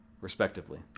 respectively